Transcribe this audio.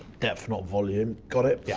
depth not volume, got it.